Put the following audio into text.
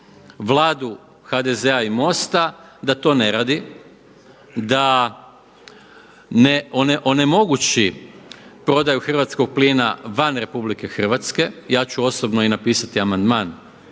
Vladu HDZ-a i MOST-a da to ne radi, da onemogući prodaju hrvatskog plina van Republike Hrvatske. Ja ću osobno i napisati amandman